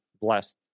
blessed